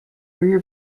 rear